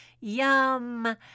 Yum